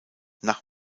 nach